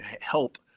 help